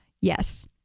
Yes